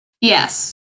Yes